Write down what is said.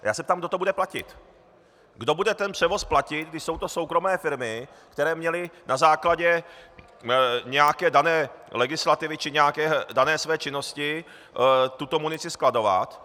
Já se ptám, kdo to bude platit, kdo bude ten převoz platit, když jsou to soukromé firmy, které měly na základě nějaké dané legislativy či nějaké své dané činnosti tuto munici skladovat.